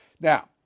Now